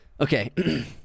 Okay